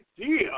idea